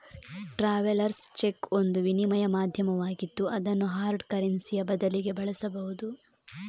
travellers cheque ಒಂದು ವಿನಿಮಯ ಮಾಧ್ಯಮವಾಗಿದ್ದು ಅದನ್ನು ಹಾರ್ಡ್ ಕರೆನ್ಸಿಯ ಬದಲಿಗೆ ಬಳಸಬಹುದು